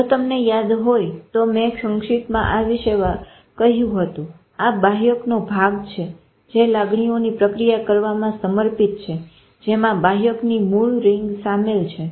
જો તમને યાદ હોય તો મેં સંશીપ્તમાં આ વિશે કહ્યું હતું કે આ બાહ્યક નો ભાગ જે લાગણીઓની પ્રક્રિયા કરવામાં સમર્પિત છે જેમાં બાહ્યકની મૂળ રીંગ સામેલ છે